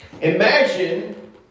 Imagine